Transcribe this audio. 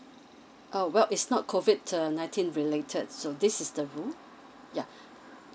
err well it's not COVID err nineteen related so this is the rule yeah